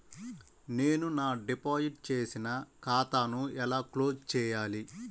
నేను నా డిపాజిట్ చేసిన ఖాతాను ఎలా క్లోజ్ చేయాలి?